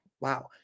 Wow